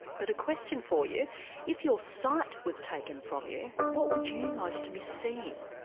but a question for you if your sight was taken from you, what would you most miss seeing?